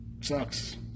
sucks